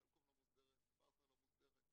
סלקום לא מוסדרת, פרטנר לא מוסדרת.